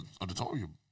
auditorium